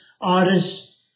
artists